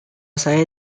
saya